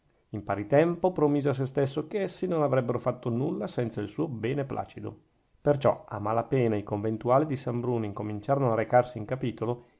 in pari tempo promise a sè stesso che essi non avrebbero fatto nulla senza il suo beneplacito perciò a mala pena i conventuali di san bruno incominciarono a recarsi in capitolo